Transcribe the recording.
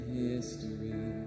history